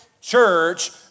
church